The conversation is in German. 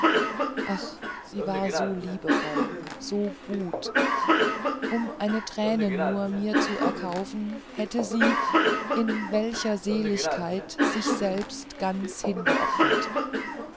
ach sie war so liebevoll so gut um eine träne nur mir zu erkaufen hätte sie mit welcher seligkeit sich selbst ganz hingeopfert